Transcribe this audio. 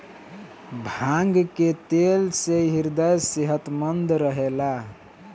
भांग के तेल से ह्रदय सेहतमंद रहेला